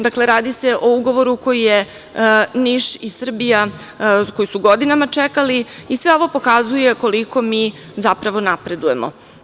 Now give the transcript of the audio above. Dakle, radi se o ugovoru koji su Niš i Srbija godinama čekali i sve ovo pokazuje koliko mi zapravo napredujemo.